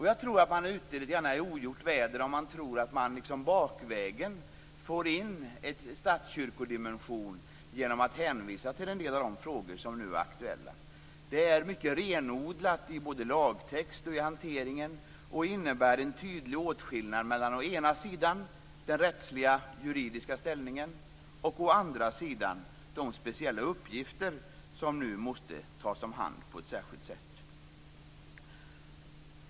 Jag tror att man är ute i ogjort väder om man tror att man bakvägen får in en statskyrkodimension genom att hänvisa till en del av de frågor som nu är aktuella. Detta är mycket renodlat både i lagtext och i hanteringen och innebär en tydligt åtskillnad mellan å ena sidan den rättsliga juridiska ställningen och å andra sidan de speciella uppgifter som nu måste tas om hand på ett särskilt sätt.